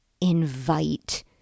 invite